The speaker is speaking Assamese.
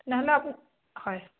তেনেহ'লে আপুনি হয়